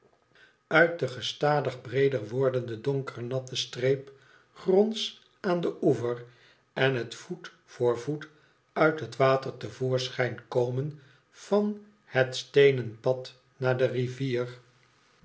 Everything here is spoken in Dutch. tüt de gestadig breeder wordende donkere natte streep gronds aan den oever en het voet voor voet uit het water te voorschijn komen van het steenen pad naar de rivier